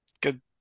Good